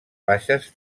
baixes